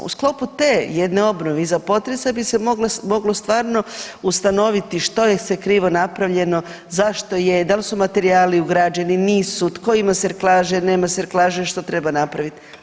U sklopu te jedne obnove iza potresa bi se moglo stvarno ustanoviti što je se krivo napravljeno, zašto je, da li su materijali ugrađeni, nisu, tko ima serklaže, nema serklaže, što treba napraviti.